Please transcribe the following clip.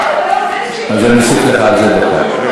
אני אוסיף לך על זה דקה.